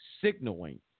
Signaling